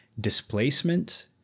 displacement